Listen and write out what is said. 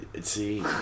see